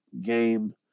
game